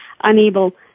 unable